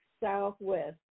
Southwest